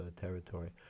territory